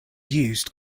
used